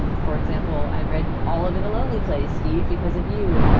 and for example, i read all of it, a lonely place, steve, because of you,